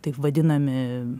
taip vadinami